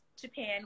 Japan